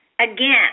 again